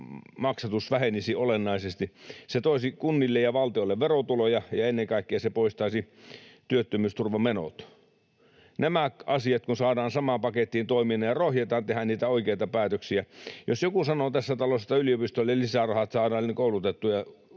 maksatus vähenisi olennaisesti, se toisi kunnille ja valtiolle verotuloja ja ennen kaikkea se poistaisi työttömyysturvamenot. Nämä asiat saadaan samaan pakettiin toimimaan, kun rohjetaan tehdä niitä oikeita päätöksiä. Jos joku sanoo tässä talossa, että yliopistoille lisärahat, että saadaan koulutettuja